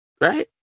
Right